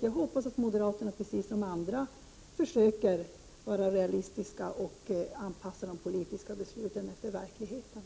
Jag hoppas ju att moderaterna, precis som alla andra, försöker vara realistiska och anpassa de politiska besluten efter verkligheten.